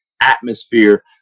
atmosphere